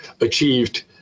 achieved